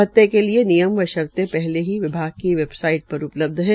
भत्ते के लिए नियम व शर्ते पहले ही विभाग की वेबसाईट पर उपलब्ध है